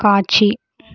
காட்சி